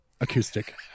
acoustic